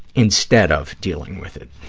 instead of dealing with it.